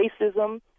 racism